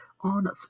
on